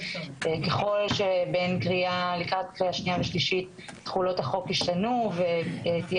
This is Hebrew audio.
ככל שלקראת קריאה שנייה ושלישית תכולות החוק ישתנו ותהיה